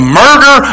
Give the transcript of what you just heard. murder